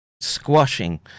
Squashing